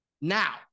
Now